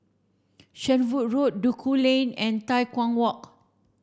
Shenvood Road Duku Lane and Tai Hwan Walk